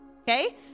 Okay